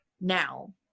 now